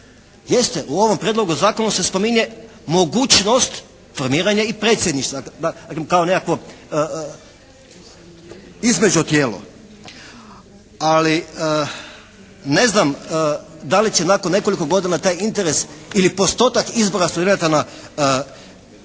Jeste, u ovom prijedlogu zakona se spominje mogućnost formiranja i predsjedništva, dakle kao nekakvo …/Govornik se ne razumije./… tijelo. Ali, ne znam da li će nakon nekoliko godina taj interes ili postotak izbora studenata na izbore